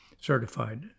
certified